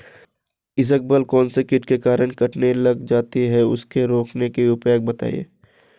इसबगोल कौनसे कीट के कारण कटने लग जाती है उसको रोकने के उपाय बताओ?